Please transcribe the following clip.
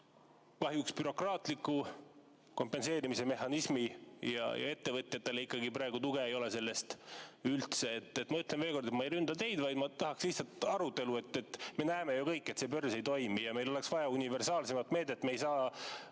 kahjuks bürokraatliku kompenseerimise mehhanismi, millest ettevõtjatele ikkagi praegu tuge ei ole üldse? Ma ütlen veel kord, et ma ei ründa teid, vaid ma tahaksin lihtsalt arutelu. Me näeme ju kõik, et see börs ei toimi ja meil oleks vaja universaalsemat meedet. Me ei saa